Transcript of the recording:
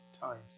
times